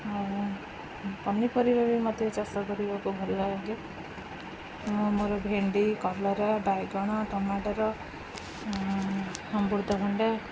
ଆଉ ପନିପରିବା ବି ମୋତେ ଚାଷ କରିବାକୁ ଭଲ ଲାଗେ ମୁଁ ମୋର ଭେଣ୍ଡି କଲରା ବାଇଗଣ ଟମାଟର ଅମୃତଭଣ୍ଡା